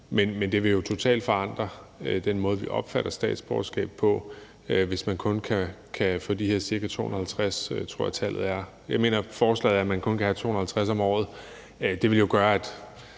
vil jo totalt forandre den måde, vi opfatter statsborgerskab på, altså hvis man kun kan få de her ca. 250, som tror jeg tallet er. Jeg mener, at forslaget er, at man kun kan have 250 om året. Det ville jo gøre, at